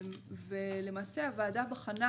ולמעשה הוועדה בחנה